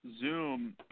Zoom